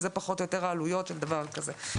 זה פחות או יותר העלויות של דבר כזה.